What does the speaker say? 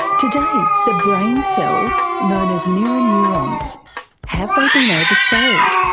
today, the brain cells known as mirror neurons have they been oversold?